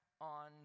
on